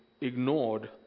ignored